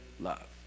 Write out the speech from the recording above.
love